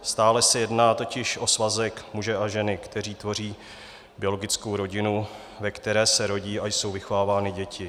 Stále se jedná totiž o svazek muže a ženy, kteří tvoří biologickou rodinu, ve které se rodí a jsou vychovávány děti.